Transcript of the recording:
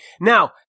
now